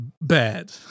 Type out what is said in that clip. bad